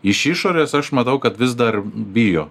iš išorės aš matau kad vis dar bijo